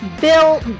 Bill